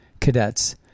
cadets